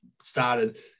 started